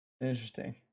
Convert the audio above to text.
Interesting